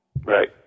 Right